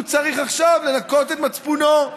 הוא צריך עכשיו לנקות את מצפונו.